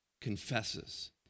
confesses